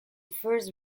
first